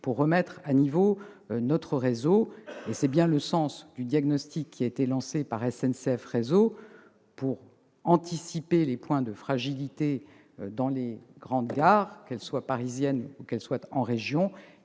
pour remettre à niveau notre réseau. C'est bien le sens du diagnostic qui a été lancé par SNCF Réseau pour anticiper les points de fragilité dans les grandes gares, qu'elles soient parisiennes ou en région,